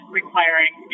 requiring